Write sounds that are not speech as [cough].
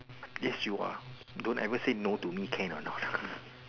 yes you are don't ever say no to me can or not [noise]